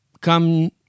come